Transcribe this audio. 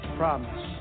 promise